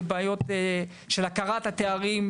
הן בבעיות של הכרת התארים.